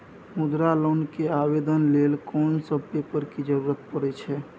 मुद्रा लोन के आवेदन लेल कोन सब पेपर के जरूरत परै छै?